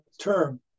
term